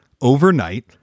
overnight